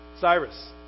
Cyrus